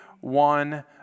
one